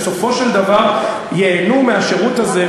אני חושב שבסופו של דבר ייהנו מהשירות הזה,